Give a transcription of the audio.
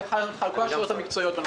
לענות לך על כל השאלות המקצועיות בנושא.